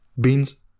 Beans